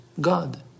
God